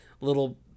little